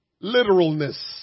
literalness